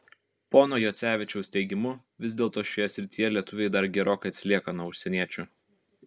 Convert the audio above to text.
pono juocevičiaus teigimu vis dėlto šioje srityje lietuviai dar gerokai atsilieka nuo užsieniečių